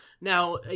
Now